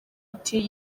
iti